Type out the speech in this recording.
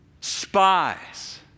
spies